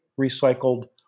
recycled